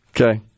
Okay